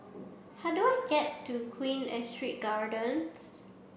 how do I get to Queen Astrid Gardens